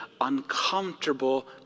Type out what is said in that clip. uncomfortable